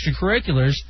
extracurriculars